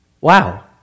wow